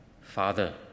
Father